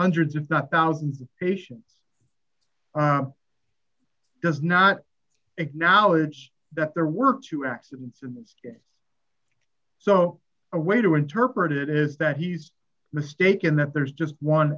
hundreds if not thousands of patients does not acknowledge that there were two accidents in this so a way to interpret it is that he's mistaken that there's just one